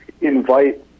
invite